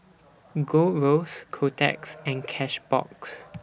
Gold Roast Kotex and Cashbox